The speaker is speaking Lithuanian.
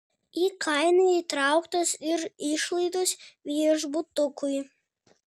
į kainą įtrauktos ir išlaidos viešbutukui